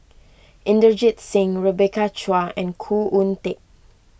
Inderjit Singh Rebecca Chua and Khoo Oon Teik